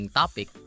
topic